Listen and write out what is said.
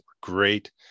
Great